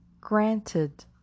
granted